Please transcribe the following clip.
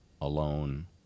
alone